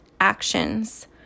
Actions